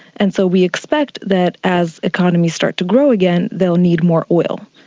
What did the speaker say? and so we expect that as economies start to grow again they'll need more oil.